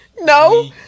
No